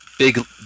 Big